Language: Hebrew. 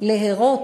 להרות